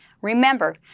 Remember